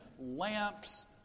lamps